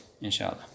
Inshallah